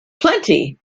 plenty